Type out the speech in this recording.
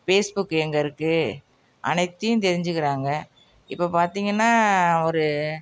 base book எங்கே இருக்குது அனைத்தையும் தெரிஞ்சுக்கிறாங்க இப்போது பார்த்தீங்கன்னா ஒரு